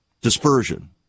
dispersion